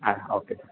ആ ഓക്കെ